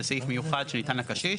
זה סעיף מיוחד שניתן לקשיש.